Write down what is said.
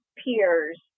peers